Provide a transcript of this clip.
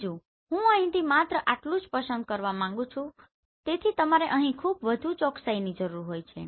બીજું હું અહીંથી માત્ર આટલું જ પસંદ કરવા માંગું છું તેથી તમારે અહીં ખૂબ વધુ ચોકસાઇની જરૂર હોય છે